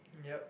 yup